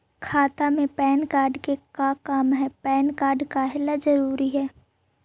खाता में PAN card के का काम है पैन कार्ड काहे ला जरूरी है?